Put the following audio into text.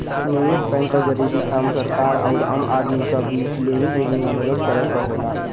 निवेस बैंक क जरूरी काम सरकार आउर आम आदमी क बीच लेनी देनी में मदद करे क होला